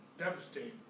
devastating